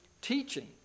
teaching